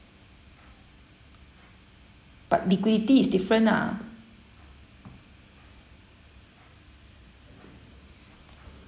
but liquidity is different lah